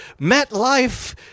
MetLife